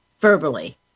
verbally